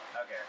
Okay